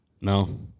No